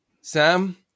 Sam